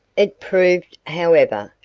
it proved, however,